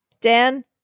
Dan